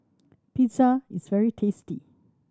pizza is very tasty